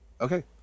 okay